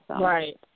Right